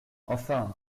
enfin